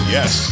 Yes